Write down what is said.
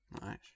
Nice